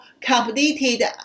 completed